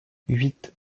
huit